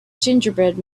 gingerbread